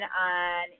on